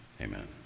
Amen